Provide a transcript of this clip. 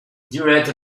direct